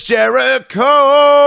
Jericho